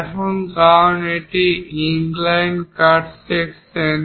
এখন কারণ এটি একটি ইনক্লাইন্ড কাট সেকশন